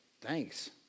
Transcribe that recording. thanks